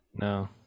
No